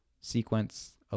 sequence